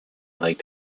liked